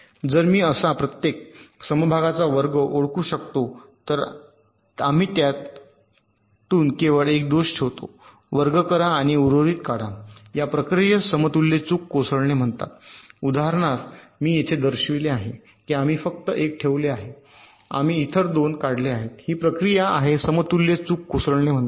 तर जर मी असा प्रत्येक समभागाचा वर्ग ओळखू शकतो तर आम्ही त्यातून केवळ 1 दोष ठेवतो वर्ग करा आणि उर्वरित काढा या प्रक्रियेस समतुल्य चूक कोसळणे असे म्हणतात उदाहरण मी येथे दर्शविले आहे की आम्ही फक्त 1 ठेवले आहे आम्ही इतर 2 काढले आहेत ही प्रक्रिया आहे समतुल्य चूक कोसळणे म्हणतात